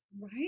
Right